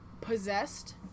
possessed